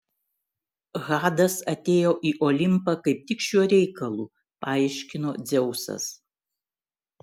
hadas atėjo į olimpą kaip tik šiuo reikalu paaiškino dzeusas